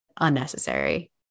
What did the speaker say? unnecessary